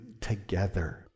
together